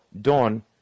dawn